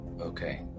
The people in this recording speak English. Okay